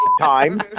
time